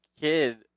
kid